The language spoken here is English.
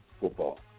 football